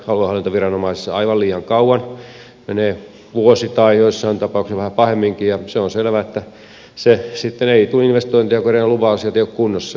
esimerkiksi ympäristöluvat kestävät aluehallintoviranomaisissa aivan liian kauan menee vuosi tai joissain tapauksissa käy vähän pahemminkin ja se on selvä että sitten ei tule investointeja kun lupa asiat eivät ole kunnossa